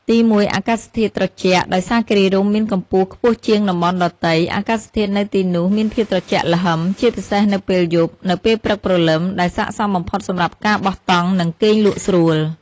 ទីមួយ អាកាសធាតុត្រជាក់ ដោយសារគិរីរម្យមានកម្ពស់ខ្ពស់ជាងតំបន់ដទៃ អាកាសធាតុនៅទីនោះមានភាពត្រជាក់ល្ហឹម ជាពិសេសនៅពេលយប់ និងពេលព្រឹកព្រលឹម ដែលស័ក្តិសមបំផុតសម្រាប់ការបោះតង់ និងគេងលក់ស្រួល។